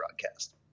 broadcast